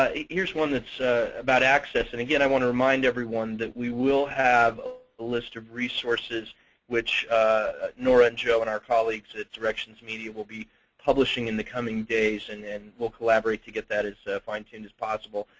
ah here's one that's about access. and again i want to remind everyone that we will have a list of resources which nora, and joe, and our colleagues at directions media will be publishing in the coming days. and and we'll collaborate to get that as fine tuned as possible.